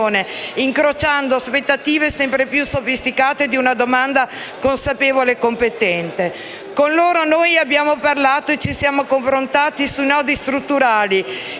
incrociando aspettative sempre più sofisticate di una domanda consapevole e competente. Con loro abbiamo parlato e ci siamo confrontati sui nodi strutturali,